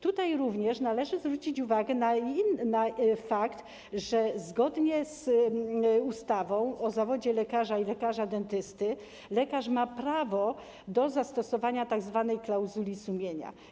Tutaj również należy zwrócić uwagę na fakt, że zgodnie z ustawą o zawodzie lekarza i lekarza dentysty lekarz ma prawo do zastosowania tzw. klauzuli sumienia.